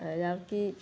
जबकि